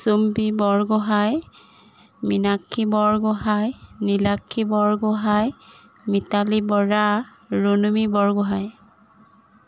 Champi Borgohain Minakshi Borgohain Nilakshi Borgohain Mitali Bora Ranumi Borgohain